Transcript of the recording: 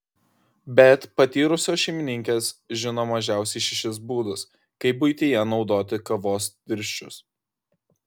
bet patyrusios šeimininkės žino mažiausiai šešis būdus kaip buityje naudoti kavos tirščius